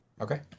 Okay